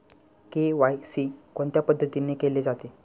KYC कोणत्या पद्धतीने केले जाते?